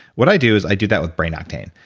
what i do, is i do that with brain octane.